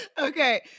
Okay